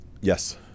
Yes